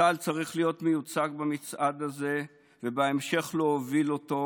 צה"ל צריך להיות מיוצג במצעד הזה ובהמשך להוביל אותו,